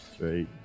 Right